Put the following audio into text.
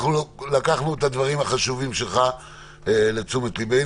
לקחנו את הדברים החשובים שלך לתשומת ליבנו.